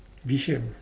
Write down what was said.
V shaped